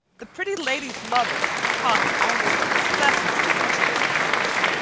the pretty lady's mother talked almost incessantly when she was in the house.